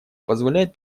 позволяет